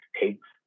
takes